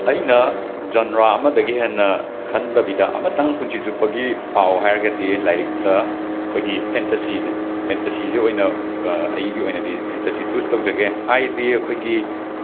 ꯑꯩꯅ ꯖꯟꯔꯥ ꯑꯃꯗꯒꯤ ꯍꯦꯟꯅ ꯈꯟꯗꯕꯤꯗ ꯑꯃꯇꯪ ꯄꯨꯟꯁꯤ ꯆꯨꯞꯄꯒꯤ ꯄꯥꯎ ꯍꯥꯏꯔꯒꯗꯤ ꯂꯥꯏꯔꯤꯛꯇ ꯑꯩꯈꯣꯏꯒꯤ ꯐꯦꯟꯇꯁꯤꯁꯦ ꯐꯦꯟꯇꯁꯤꯁꯦ ꯑꯣꯏꯅ ꯑꯩꯒꯤ ꯑꯣꯏꯅꯗꯤ ꯐꯦꯟꯇꯁꯤ ꯆꯨꯁ ꯇꯧꯖꯒꯦ ꯍꯥꯏꯗꯤ ꯑꯩꯈꯣꯏꯒꯤ